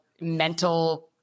mental